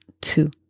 two